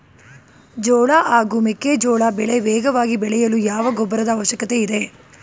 ಜೋಳ ಹಾಗೂ ಮೆಕ್ಕೆಜೋಳ ಬೆಳೆ ವೇಗವಾಗಿ ಬೆಳೆಯಲು ಯಾವ ಗೊಬ್ಬರದ ಅವಶ್ಯಕತೆ ಇದೆ?